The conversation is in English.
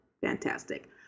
fantastic